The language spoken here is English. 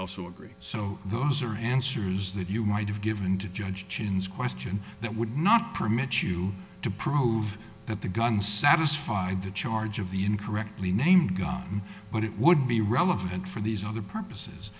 also agree so those are answers that you might have given the judge chin's question that would not permit you to prove that the gun satisfied the charge of the incorrectly named gun but it would be relevant for these other purposes